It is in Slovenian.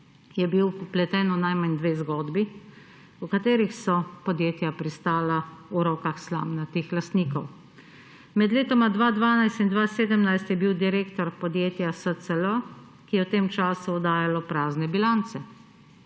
je bil vpleten v najmanj dve zgodbi, v katerih so podjetja pristala v rokah slamnatih lastnikov. Med letoma 2012 in 2017 je bil direktor podjetja SCL, ki je v tem času oddajalo prazne bilance.